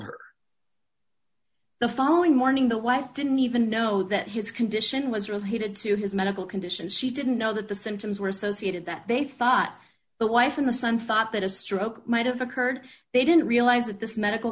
her the following morning the wife didn't even know that his condition was related to his medical condition she didn't know that the symptoms were associated that they thought but wife and the son thought that a stroke might have occurred they didn't realize that this medical